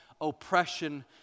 oppression